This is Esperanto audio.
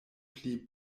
pli